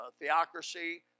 theocracy